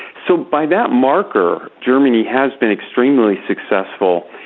so by that marker, germany has been extremely successful.